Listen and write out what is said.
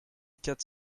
quatre